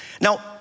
Now